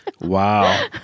Wow